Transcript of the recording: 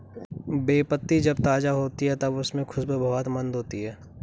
बे पत्ती जब ताज़ा होती है तब उसमे खुशबू बहुत मंद होती है